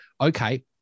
okay